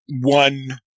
one